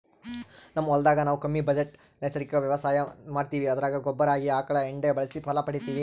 ನಮ್ ಹೊಲದಾಗ ನಾವು ಕಮ್ಮಿ ಬಜೆಟ್ ನೈಸರ್ಗಿಕ ವ್ಯವಸಾಯ ಮಾಡ್ತೀವಿ ಅದರಾಗ ಗೊಬ್ಬರ ಆಗಿ ಆಕಳ ಎಂಡೆ ಬಳಸಿ ಫಲ ಪಡಿತಿವಿ